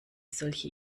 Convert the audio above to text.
solche